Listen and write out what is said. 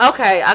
Okay